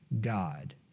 God